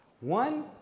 One